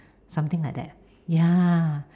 something like that ya